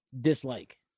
dislike